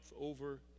over